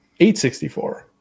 864